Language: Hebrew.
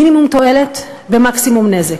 מינימום תועלת במקסימום נזק.